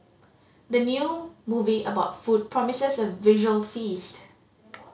the new movie about food promises a visual feast